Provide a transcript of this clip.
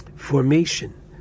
Formation